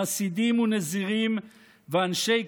חסידים ונזירים ואנשי קודש,